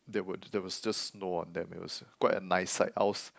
there was there was just snow on them it was quite a nice sight I was